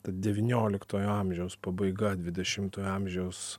ta devynioliktojo amžiaus pabaiga dvidešimtojo amžiaus